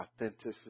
authenticity